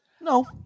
No